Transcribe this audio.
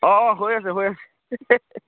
অঁ হৈ আছে হৈ আছে